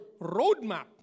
roadmap